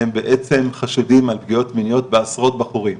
הם בעצם חשודים על פגיעות מיניות בעשרות בחורים.